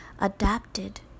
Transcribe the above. adapted